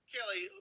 Kelly